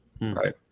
Right